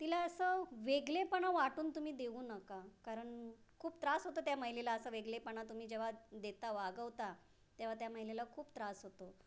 तिला असं वेगळेपणा वाटून तुम्ही देऊ नका कारण खूप त्रास होतो त्या महिलेला असा वेगळेपणा तुम्ही जेव्हा देता वागवता तेवा त्या महिलेला खूप त्रास होतो